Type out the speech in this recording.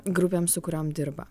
grupėm su kuriom dirba